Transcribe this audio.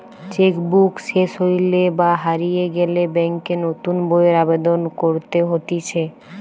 check book সেস হইলে বা হারিয়ে গেলে ব্যাংকে নতুন বইয়ের আবেদন করতে হতিছে